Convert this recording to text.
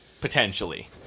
potentially